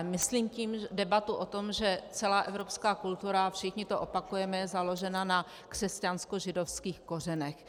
Myslím tím debatu o tom, že celá evropská kultura, všichni to opakujeme, je založena na křesťanskožidovských kořenech.